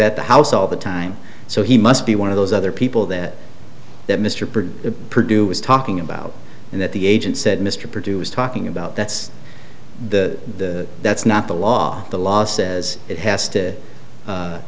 at the house all the time so he must be one of those other people that that mr produce the produce talking about and that the agent said mr produced talking about that's the that's not the law the law says it has to